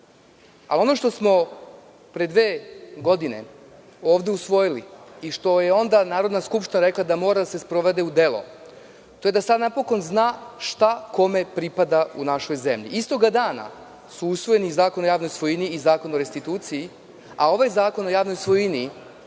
Ali, ono što smo pre dve godine ovde usvojili i što je onda Narodna skupština rekla da mora da se sprovede u delo, to je da sad napokon zna šta kome pripada u našoj zemlji. Istoga dana su usvojeni Zakon o javnoj svojini i Zakon o restituciji, a ovaj Zakon o javnoj svojini